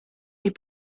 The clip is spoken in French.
est